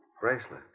Bracelet